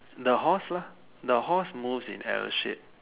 the horse lah the horse moves in L shape